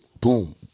Boom